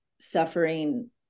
suffering